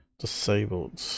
disabled